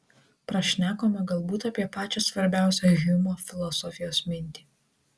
prašnekome galbūt apie pačią svarbiausią hjumo filosofijos mintį